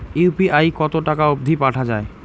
UPI কতো টাকা অব্দি পাঠা যায়?